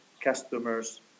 customers